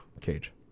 cage